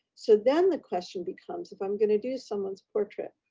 so then the question becomes, if i'm gonna do someone's portrait,